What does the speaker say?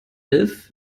elf